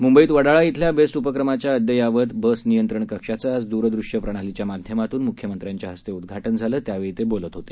मुंबईतवडाळा शिल्याबेस्टउपक्रमाच्याअद्ययावतबसनियंत्रणकक्षाचंआजद्रदृश्यप्रणालीच्यामाध्यमातूनमुख्यमंत्र्यांच्याहस्तेउद्वाटनझालं त्यावेळीतेबोलतहोते